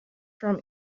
from